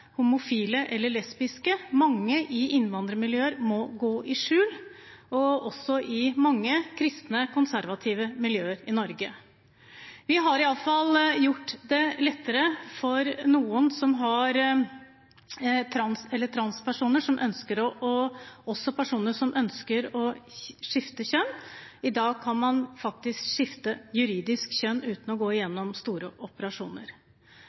homofile og lesbiske. Mange i innvandrermiljøer må gå i skjul, som også mange i kristne, konservative miljøer i Norge. Vi har i alle fall gjort det lettere for noen transpersoner og personer som ønsker å skifte kjønn. I dag kan man faktisk skifte juridisk kjønn uten å gå gjennom store operasjoner.